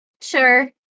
sure